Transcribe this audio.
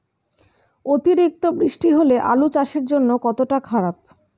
অতিরিক্ত বৃষ্টি হলে আলু চাষের জন্য কতটা খারাপ?